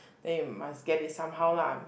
then you must get it somehow lah